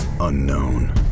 unknown